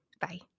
Bye